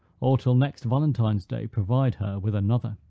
or till next valentine's day provide her with another.